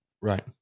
Right